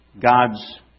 God's